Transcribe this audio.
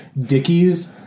Dickies